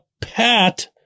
pat